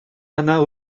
она